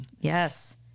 Yes